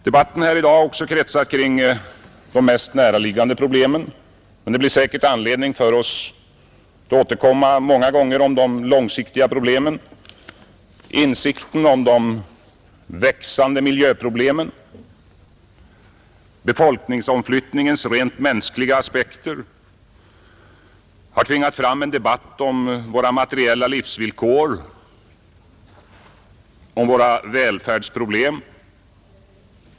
Debatten i dag har kretsat kring de mest näraliggande problemen. Det blir säkert anledning för oss att återkomma många gånger till de långsiktiga problemen. Insikten om de växande miljöproblemen, befolkningsomflyttningens rent mänskliga aspekter har tvingat fram en debatt om våra materiella livsvillkor, om våra välfärdsproblem.